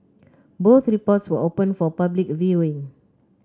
both reports were open for public viewing